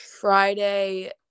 Friday